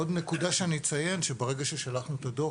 עוד נקודה שאני אציין, ברגע ששלחנו את הדוח